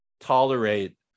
tolerate